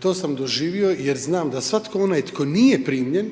to sam doživio jer znam da svatko onaj tko nije primljen,